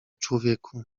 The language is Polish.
człowieku